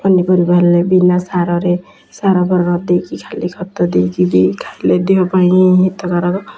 ପନିପରିବା ହେଲା ବିନା ସାରରେ ସାରଫାର ନଦେଇକି ଖାଲି ଖତ ଦେଇକି ଖାଇଲେ ଦେହ ପାଇଁ ହିତକର